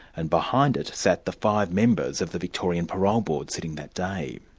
and behind it sat the five members of the victorian parole board sitting that day.